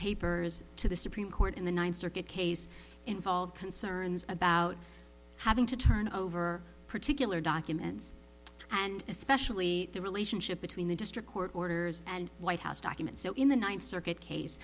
papers to the supreme court in the ninth circuit case involve concerns about having to turn over particular documents and especially the relationship between the district court orders and white house documents so in the ninth circuit case